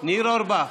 ניר אורבך.